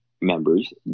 members